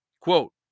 Quote